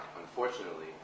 Unfortunately